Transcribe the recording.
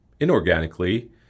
inorganically